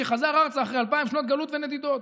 שחזר ארצה אחרי אלפיים שנות גלות ונדידות.